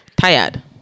tired